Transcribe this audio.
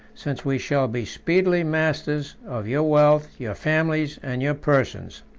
since we shall be speedily masters of your wealth, your families, and your persons.